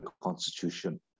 constitution